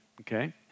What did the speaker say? Okay